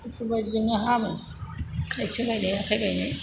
बेफोर बायदिजोंनो हामो आथिं बायनाय आखाइ बायनाय